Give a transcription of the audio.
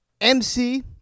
MC